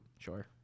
Sure